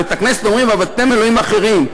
בבית-הכנסת אומרים: "ועבדתם אלוהים אחרים".